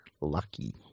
lucky